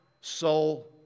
soul